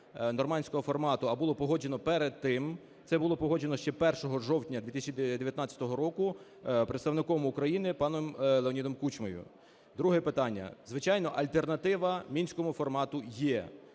"нормандського формату", а було погоджено перед тим, це було погоджено ще 1 жовтня 2019 року представником України паном Леонідом Кучмою. Друге питання. Звичайно, альтернатива Мінському формату є.